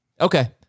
Okay